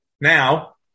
Now